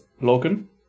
Logan